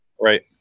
right